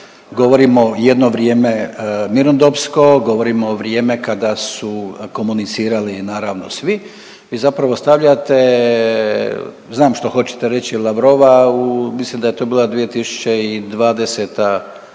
govorimo jedno vrijeme mirnodopsko, govorimo vrijeme kada su komunicirali naravno svi, vi zapravo stavljate, znam što hoćete reći, Lavrova u, mislim da je to bila 2020.,